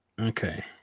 Okay